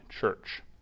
church